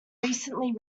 recently